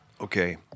Okay